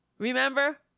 Remember